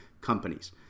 companies